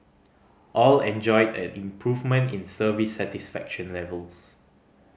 all enjoyed an improvement in service satisfaction levels